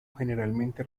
generalmente